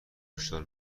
هشدار